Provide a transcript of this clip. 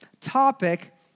topic